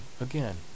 again